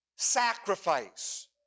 Sacrifice